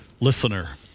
listener